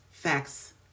Facts